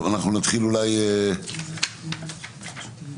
אני ממשרד המשפטים.